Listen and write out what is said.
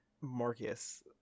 Marcus